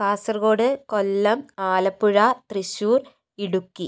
Kasaragod Kollam Alappuzha Thrissur Idukki